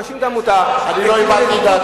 אני מאשים את העמותה,